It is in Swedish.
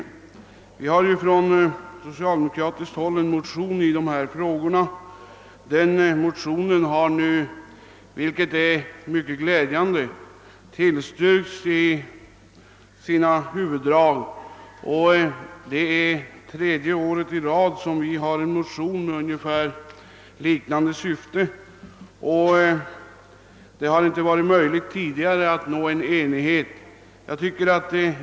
Vi har från socialdemokratiskt håll väckt ett motionspar i dessa frågor. Detta har nu, vilket är mycket glädjande, i sina huvuddrag tillstyrkts av utskottet. Det är tredje året i följd som vi återkommit med motioner med liknande syfte. Det har tidigare inte varit möjligt att nå enighet i dessa spörsmål.